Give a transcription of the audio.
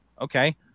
Okay